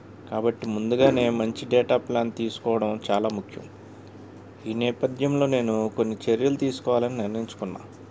కాబట్టి ముందుగానే మంచి డేటా ప్లాన్ తీసుకోవడం చాలా ముఖ్యం ఈ నేపథ్యంలో నేను కొన్ని చర్యలు తీసుకోవాలని నిర్ణయించుకున్నా